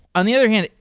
on the other hand,